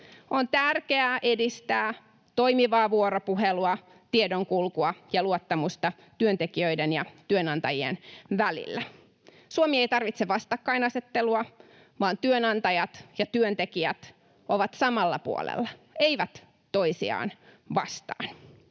On tärkeää edistää toimivaa vuoropuhelua, tiedonkulkua ja luottamusta työntekijöiden ja työnantajien välillä. Suomi ei tarvitse vastakkainasettelua, vaan työnantajat ja työntekijät ovat samalla puolella, eivät toisiaan vastaan.